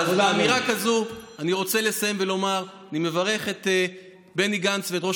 באמירה כזאת אני רוצה לסיים ולומר: אני מברך את בני גנץ ואת ראש